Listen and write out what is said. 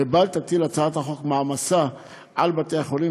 לבל תטיל הצעת החוק מעמסה על בתי-החולים,